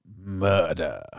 murder